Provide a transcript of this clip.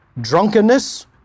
drunkenness